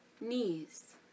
Knees